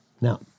Now